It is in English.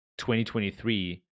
2023